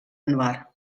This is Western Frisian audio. inoar